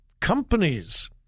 companies